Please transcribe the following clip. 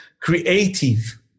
creative